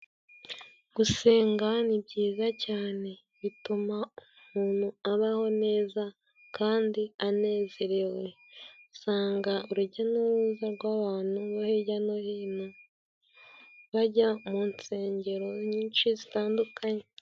Gusenga ni byiza cyane, bituma umuntu abaho neza kandi anezerewe. Usanga urujya n'uruza rw'abantu bo hirya no hino bajya mu nsengero nyinshi zitandukanye.